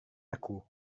aku